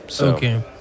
Okay